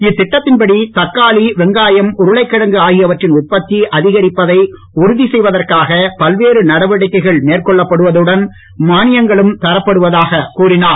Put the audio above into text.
இத்திட்டத்தின்படி தக்காளி வெங்காயம் உருளைகிழங்கு ஆகியவற்றின் உற்பத்தி செய்வதற்காக அதிகரிப்பதை நடவடிக்கைகள் மேற்கொள்ளப்படுவதுடன் மானியங்களும் தரப்படுவதாக கூறினார்